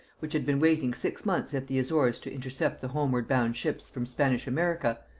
which had been waiting six months at the azores to intercept the homeward bound ships from spanish america,